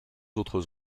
autres